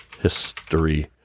history